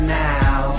now